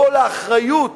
קול האחריות